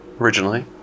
Originally